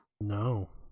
no